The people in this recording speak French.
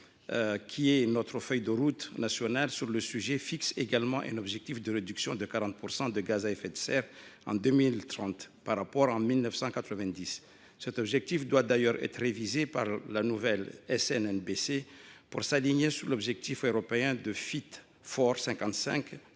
qui est notre feuille de route nationale sur le sujet, fixe également un objectif de réduction de 40 % des émissions de gaz à effet de serre en 2030 par rapport au niveau de 1990. Cet objectif doit d’ailleurs être révisé par la nouvelle SNBC pour s’aligner sur l’objectif européen du: